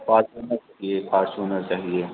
Fortuner चाहिए Fortuner चाहिए